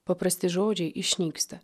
paprasti žodžiai išnyksta